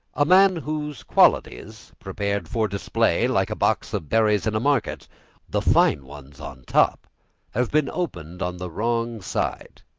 a man whose qualities, prepared for display like a box of berries in a market the fine ones on top have been opened on the wrong side.